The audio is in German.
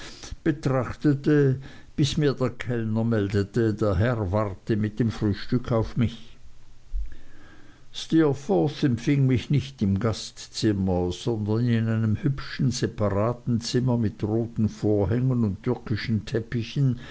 betrachtete bis mir der kellner meldete der herr warte mit dem frühstück auf mich steerforth empfing mich nicht im gastzimmer sondern in einem hübschen separaten zimmer mit roten vorhängen und türkischen teppichen